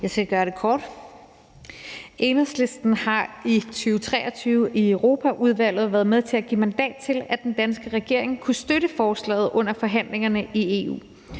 Jeg skal gøre det kort. Enhedslisten har i 2023 i Europaudvalget været med til at give mandat til, at den danske regering kunne støtte forslaget under forhandlingerne i EU.